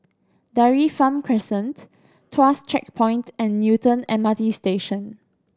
Dairy Farm Crescent Tuas Checkpoint and Newton M R T Station